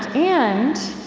and